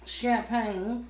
champagne